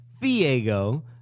Diego